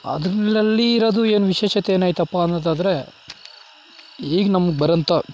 ಅದ್ರನಲ್ಲಿ ಇರೋದು ಏನು ವಿಶೇಷತೆ ಏನೈತಪ್ಪ ಅನ್ನೋದಾದ್ರೆ ಈಗ ನಮಗೆ ಬರಂತ